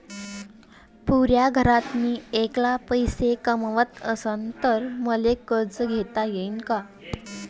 पुऱ्या घरात मी ऐकला पैसे कमवत असन तर मले कर्ज घेता येईन का?